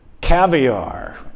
Caviar